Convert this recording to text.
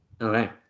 Okay